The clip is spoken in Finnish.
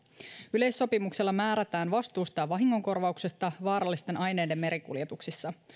yleissopimuksella määrätään vastuusta ja vahingonkorvauksesta vaarallisten aineiden merikuljetuksissa